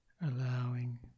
allowing